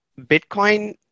bitcoin